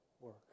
work